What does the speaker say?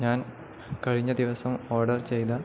ഞാൻ കഴിഞ്ഞ ദിവസം ഓർഡർ ചെയ്ത